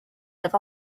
have